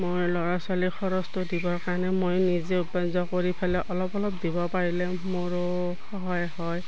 মই ল'ৰা ছোৱালী খৰচটো দিবৰ কাৰণে মই নিজে উপাৰ্জন কৰি পেলে অলপ অলপ দিব পাৰিলে মোৰো সহায় হয়